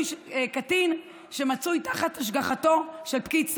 קטין שמצוי תחת השגחתו של פקיד סעד,